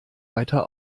weiter